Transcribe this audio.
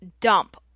dump